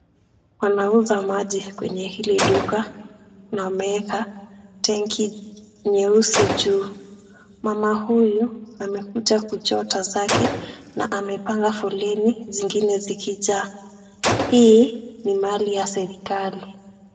Wanauza maji kwenye hili duka na wameeeka tenki nyeusi juu. Mama huyu amekuja kuchota zake na amepanga foleni. Zingine zikijaa, hii ni mali ya serikali.